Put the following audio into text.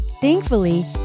Thankfully